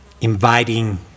Inviting